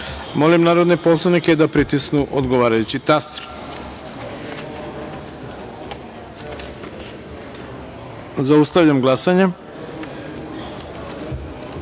narodne poslanike da pritisnu odgovarajući taster. Zaustavljam glasanje: